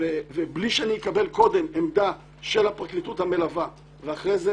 בלי שאני אקבל קודם עמדה של הפרקליטות המלווה ואחרי זה